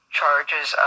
charges